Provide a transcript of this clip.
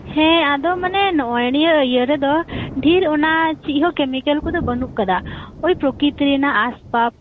ᱦᱮᱸ ᱟᱫᱚ ᱢᱟᱱᱮ ᱱᱚᱜᱚᱭ ᱱᱤᱭᱟᱹ ᱤᱭᱟᱹ ᱨᱮᱫᱚ ᱰᱷᱤᱨ ᱚᱱᱟ ᱠᱮᱢᱤᱠᱮᱞ ᱪᱮᱫ ᱦᱚᱸ ᱚᱱᱟᱠᱚᱫᱚ ᱵᱟᱹᱱᱩᱜ ᱟᱠᱟᱫᱟ ᱳᱭ ᱯᱨᱚᱠᱤᱛᱤ ᱨᱮᱱᱟᱜ ᱟᱥᱯᱟᱥ